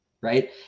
right